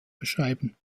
beschreiben